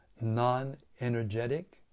non-energetic